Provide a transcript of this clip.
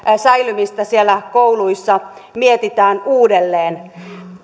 säilymistä siellä kouluissa mietitään uudelleen